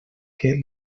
que